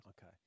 Okay